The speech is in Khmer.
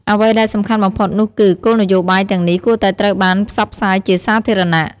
អ្វីដែលសំខាន់បំផុតនោះគឺ គោលនយោបាយទាំងនេះគួរតែត្រូវបានផ្សព្វផ្សាយជាសាធារណៈ។